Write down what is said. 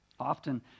often